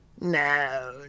no